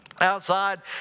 outside